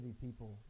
people